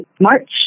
March